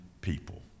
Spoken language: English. people